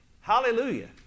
Hallelujah